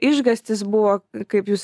išgąstis buvo kaip jūs